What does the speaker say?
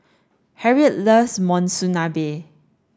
Harriet loves Monsunabe